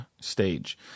stage